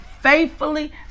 faithfully